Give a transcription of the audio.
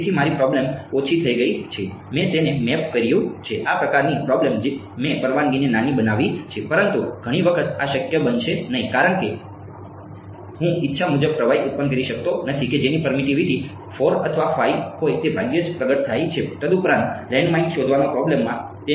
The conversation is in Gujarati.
તેથી મારી પ્રોબ્લમ ઓછી થઈ ગઈ છે મેં તેને મેપ કર્યું છે આ પ્રકારની પ્રોબ્લમ મેં પરવાનગીને નાની બનાવી છે પરંતુ ઘણી વખત આ શક્ય બનશે નહીં કારણ કે હું ઈચ્છા મુજબ પ્રવાહી ઉત્પન્ન કરી શકતો નથી કે જેની પરમિટિવિટી 4 અથવા 5 હોય તે ભાગ્યે જ પ્રગટ થાય છે તદુપરાંત લેન્ડમાઇન શોધવાની પ્રોબ્લમમાં તેને ભૂલી જાઓ